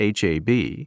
HAB